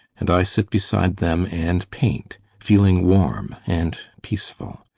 and i sit beside them and paint, feeling warm and peaceful.